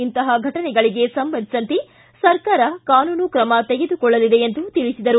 ಇಂತಪ ಫಟನೆಗಳಿಗೆ ಸಂಬಂಧಿಸಿದಂತೆ ಸರ್ಕಾರ ಕಾನೂನೂ ಕ್ರಮ ತೆಗೆದುಕೊಳ್ಳಲಿದೆ ಎಂದು ತಿಳಿಸಿದರು